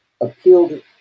appealed